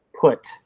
put